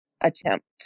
attempt